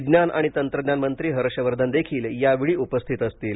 विज्ञान आणि तंत्रज्ञान मंत्री हर्ष वर्धन देखील यावेळी उपस्थित असतील